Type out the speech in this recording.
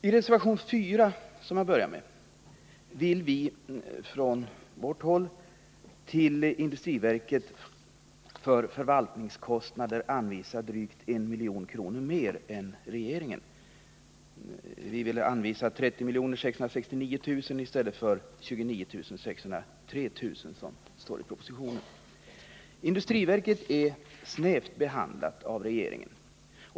I reservation 4, som jag börjar med, vill vi till industriverket för förvaltningskostnader anvisa drygt 1 milj.kr. mer än regeringen. Vi vill anvisa 30 669 000 kr. i stället för 29 603 000 kr. som föreslås i propositionen. Industriverket är snävt behandlat av regeringen.